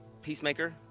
peacemaker